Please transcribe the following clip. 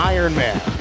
Ironman